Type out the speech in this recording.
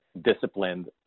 disciplined